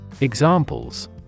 Examples